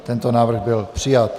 Tento návrh byl přijat.